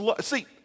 see